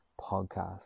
Podcast